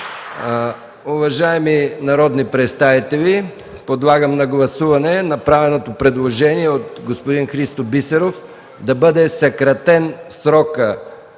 Уважаеми народни представители, подлагам на гласуване направеното предложение от господин Христо Бисеров – да бъде съкратен срокът